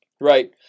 Right